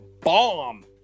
bomb